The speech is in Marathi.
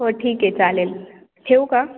हो ठीक आहे चालेल ठेऊ का